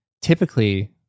typically